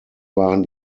waren